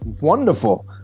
Wonderful